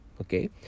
Okay